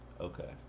Okay